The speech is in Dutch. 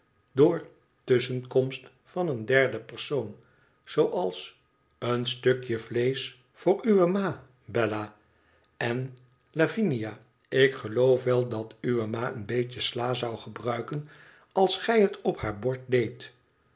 door tusschenkomst van een derden persoon zooals en stukje vleesch voor uwe ma bella en ilaivinia ikgeloofweldatuwe ma een beetje sla zou gebruiken als gij het op haar bord deedt